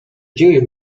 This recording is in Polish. dzieje